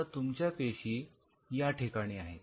आता तुमच्या पेशी या ठिकाणी आहेत